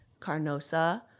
Carnosa